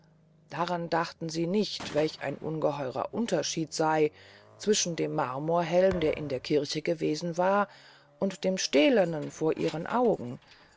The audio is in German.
daran dachten sie nicht welch ein ungeheurer unterschied sey zwischen dem marmorhelm der in der kirche gewesen war und dem stählernen vor ihren augen